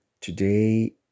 Today